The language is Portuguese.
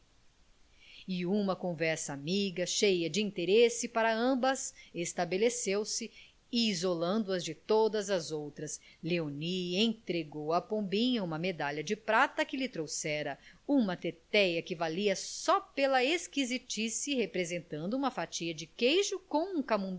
e uma conversa amiga cheia de interesse para ambas estabeleceu-se isolando as de todas as outras léonie entregou à pombinha uma medalha de prata que lhe trouxera uma tetéia que valia só pela esquisitice representando uma fatia de queijo com